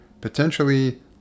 potentially